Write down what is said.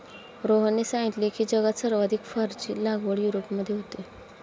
रोहनने सांगितले की, जगात सर्वाधिक फरची लागवड युरोपमध्ये होते